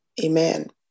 Amen